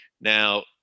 Now